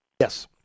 Yes